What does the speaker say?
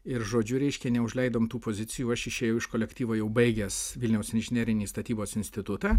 ir žodžiu reiškia neužleidom tų pozicijų aš išėjau iš kolektyvo jau baigęs vilniaus inžinerinį statybos institutą